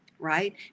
right